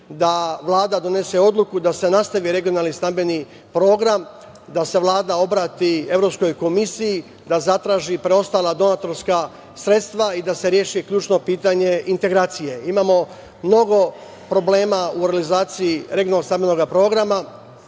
da Vlada donese odluku da se nastavi regionalni stambeni program, da se Vlada obrati Evropskoj komisiji, da zatraži preostala donatorska sredstva i da se reši ključno pitanje integracije. Imamo mnogo problema u realizaciji regionalnog stamenog programa.